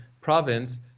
province